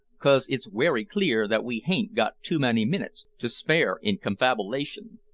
cos it's werry clear that we hain't got too many minits to spare in confabilation.